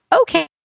okay